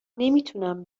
نمیتونم